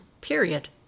Period